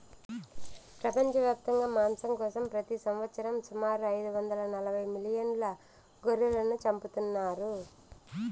ప్రపంచవ్యాప్తంగా మాంసం కోసం ప్రతి సంవత్సరం సుమారు ఐదు వందల నలబై మిలియన్ల గొర్రెలను చంపుతున్నారు